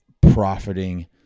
profiting